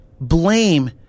blame